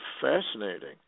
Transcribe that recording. fascinating